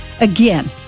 Again